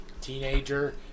teenager